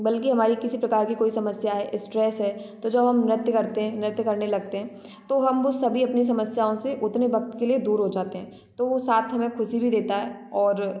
बल्कि हमारी किसी प्रकार की कोई समस्या है स्ट्रेस है तो जब हम नृत्य करते हैं नृत्य करने लगते हैं तो हम वो सभी अपनी समस्याओं से उतने वक्त के लिए दूर हो जाते हैं तो वो साथ हमें ख़ुशी भी देता है और